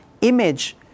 image